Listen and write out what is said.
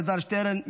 אלעזר שטרן,